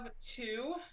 two